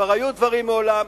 וכבר היו דברים מעולם.